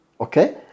Okay